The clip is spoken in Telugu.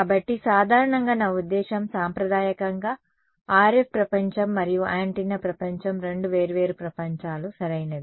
కాబట్టి సాధారణంగా నా ఉద్దేశ్యం సాంప్రదాయకంగా RF ప్రపంచం మరియు యాంటెన్నా ప్రపంచం రెండు వేర్వేరు ప్రపంచాలు సరైనవి